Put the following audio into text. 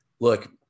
Look